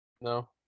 No